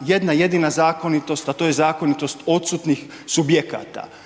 jedna jedina zakonitost, a to je zakonitost odsutnih subjekata.